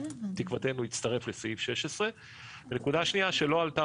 שתקוותנו יצטרף לסעיף 16. נקודה שנייה שלא עלתה